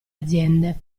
aziende